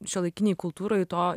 šiuolaikinėj kultūroj to